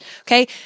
Okay